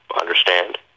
understand